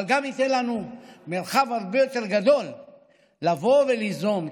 אבל גם ייתן לנו מרחב הרבה יותר גדול לבוא וליזום,